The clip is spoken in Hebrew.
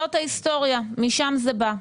זאת ההיסטוריה, ומשם זה בא.